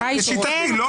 התשובה היא כן חד-משמעית.